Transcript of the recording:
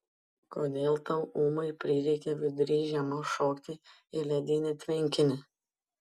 kodėl tau ūmai prireikė vidury žiemos šokti į ledinį tvenkinį